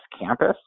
campus